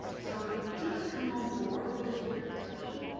so if you just come on board with this organization,